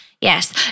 Yes